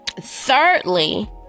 thirdly